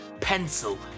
pencil